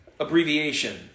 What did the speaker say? Abbreviation